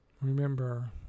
Remember